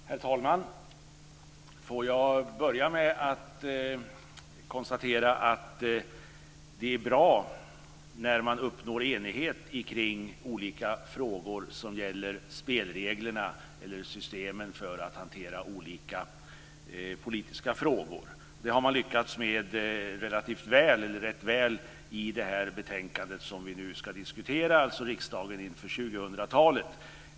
Herr talman! Får jag börja med att konstatera att det är bra när man uppnår enighet kring olika frågor som gäller spelreglerna eller systemen för att hantera olika politiska frågor. Det har man lyckats med rätt väl i det betänkande som vi nu ska diskutera, alltså Riksdagen inför 2000-talet.